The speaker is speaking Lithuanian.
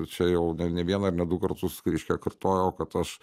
čia jau ne ne vieną ir ne du kartus reiškia kartojau kad aš